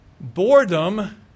Boredom